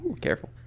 careful